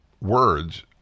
words